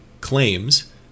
claims